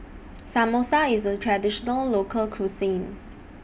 Samosa IS A Traditional Local Cuisine